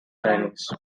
chinese